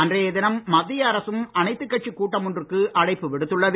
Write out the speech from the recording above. அன்றைய தினம் மத்திய அரசும் அனைத்துக் கட்சிக் கூட்டம் ஒன்றுக்கு அழைப்பு விடுத்துள்ளது